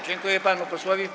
Dziękuję panu posłowi.